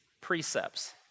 precepts